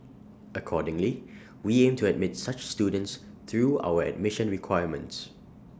accordingly we aim to admit such students through our admission requirements